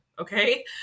okay